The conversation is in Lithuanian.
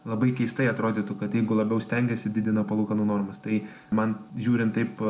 labai keistai atrodytų kad jeigu labiau stengiasi didina palūkanų normas tai man žiūrint taip